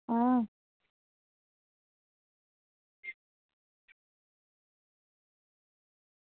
हां